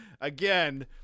again